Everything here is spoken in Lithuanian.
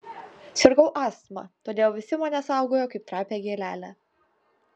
sirgau astma todėl visi mane saugojo kaip trapią gėlelę